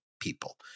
people